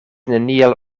neniel